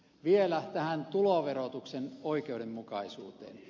vielä tähän tuloverotuksen oikeudenmukaisuuteen